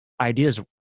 ideas